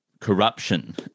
corruption